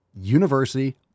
university